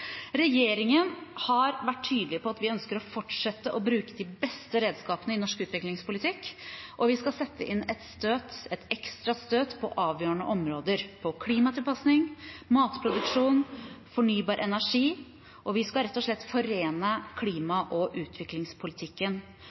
Regjeringen har vært tydelig på at vi ønsker å fortsette å bruke de beste redskapene i norsk utviklingspolitikk. Vi skal sette inn et ekstra støt på avgjørende områder – klimatilpasning, matproduksjon, fornybar energi – og vi skal rett og slett forene klimapolitikken og utviklingspolitikken.